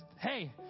hey